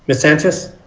but sanchez?